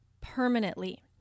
permanently